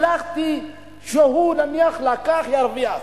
הלכתי שהוא, נניח, לקח, ירוויח.